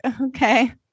okay